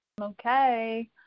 okay